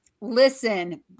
Listen